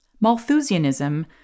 Malthusianism